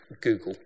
Google